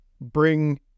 bring